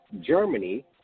Germany